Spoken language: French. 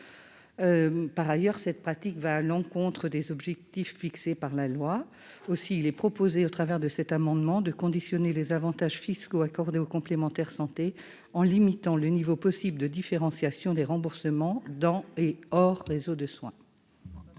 Par ailleurs, cette pratique va à l'encontre des objectifs fixés par la loi. Cet amendement a donc pour objet d'apporter des conditions aux avantages fiscaux accordés aux complémentaires de santé, en limitant le niveau possible de différenciation des remboursements dans et hors réseau de soins.